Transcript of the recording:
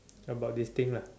about this thing lah